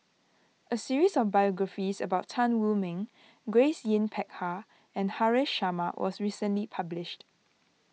a series of biographies about Tan Wu Meng Grace Yin Peck Ha and Haresh Sharma was recently published